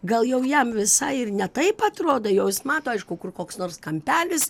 gal jau jam visai ir ne taip atrodo jau jis mato aišku kur koks nors kampelis